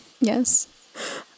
Yes